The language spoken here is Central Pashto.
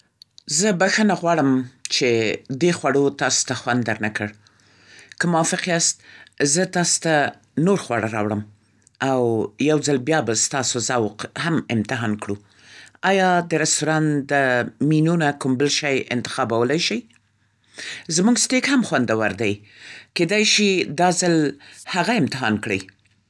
زه بښنه غواړم چې دې خوړو تاسو ته خوند درنکړ. که موافق یاست زه تاسو ته نور خواړه راوړم او یو ځل بیا به ستاسو ذوق هم امتحان کړو. ایا د رستوران د مینو نه کوم بل شی انتخابولی شئ؟ زموږ ستیک هم خوندور دی. کېدای شي دا ځلهغه امتحان کړئ!